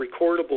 recordable